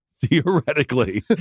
theoretically